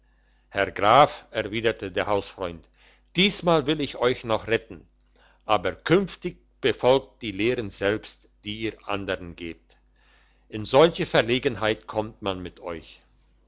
herr graf erwiderte der hausfreund diesmal will ich euch noch retten aber künftig befolgt die lehren selbst die ihr andern gebt in solche verlegenheit kommt man mit euch